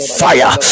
fire